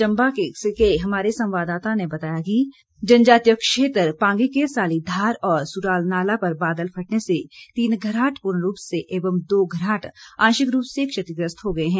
चंबा के हमारे प्रतिनिधि ने बताया है कि जनजातीय क्षेत्र पांगी के सालीघार और सुराल नाला पर बादल फटने से तीन घराट पूर्ण रूप से एवं दो घराट आंशिक रूप से क्षतिग्रस्त हो गए हैं